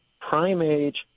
prime-age